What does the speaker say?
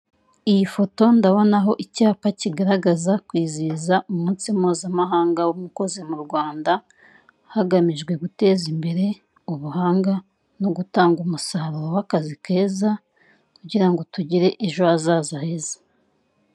Iyi foto ndabonaho icyapa kigaragaza kwizihiza umunsi mpuza mahanga w'umukozi mu Rwanda hagamijwe guteza imbere ubuhanga no gutanga umusaruro w'akazi kugira ngo tugire ejo hazaza heza.